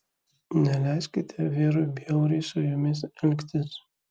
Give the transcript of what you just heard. neleiskite vyrui bjauriai su jumis elgtis